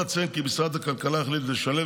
עוד אציין כי משרד הכלכלה החליט לשלב